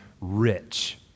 rich